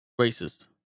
Racist